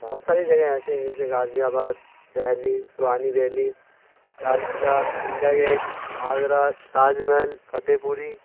بہت ساری جگہیں ایسی ہیں جیسے غازی آباد دہلی پرانی دہلی لال قلعہ انڈیا گیٹ آگرہ تاج محل فتح پوری